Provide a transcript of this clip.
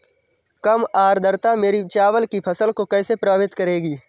कम आर्द्रता मेरी चावल की फसल को कैसे प्रभावित करेगी?